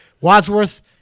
Wadsworth